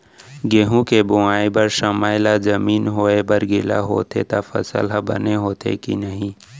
गेहूँ के बोआई बर समय ला जमीन होये बर गिला होथे त फसल ह बने होथे की नही?